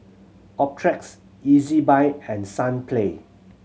Optrex Ezbuy and Sunplay